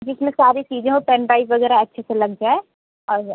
जिसमें सारी चीज़े हों पेनड्राइव वग़ैरह अच्छे से लग जाए और